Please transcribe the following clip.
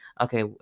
okay